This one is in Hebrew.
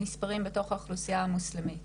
נספרים בתוך האוכלוסייה מוסלמית,